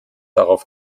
darauf